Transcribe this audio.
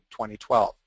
2012